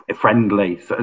friendly